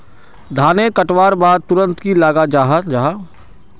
धानेर कटवार बाद तुरंत की लगा जाहा जाहा?